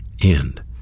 end